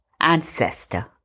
ancestor